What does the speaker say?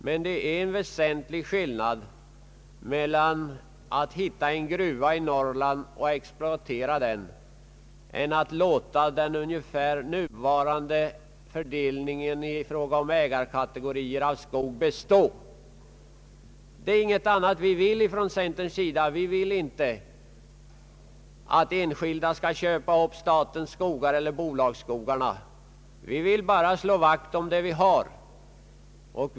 Men det är väsentlig skillnad mellan att hitta en gruva i Norrland och exploatera den och att låta den nuvarande fördelningen i ägarka tegorier bestå i fråga om skogen. Centern vill inte att enskilda skall köpa upp statens skogar eller bolagens skogar. Vi vill bara slå vakt om det vi har.